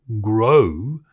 grow